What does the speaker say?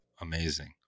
Amazing